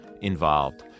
involved